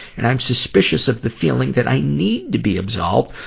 and i'm suspicious of the feeling that i need to be absolved,